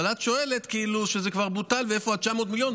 אבל את שואלת כאילו שזה כבר בוטל ואיפה 900 המיליון,